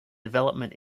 development